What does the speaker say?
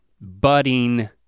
budding